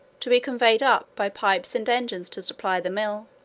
to be conveyed up by pipes and engines to supply the mill,